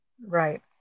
Right